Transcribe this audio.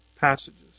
passages